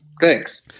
Thanks